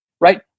right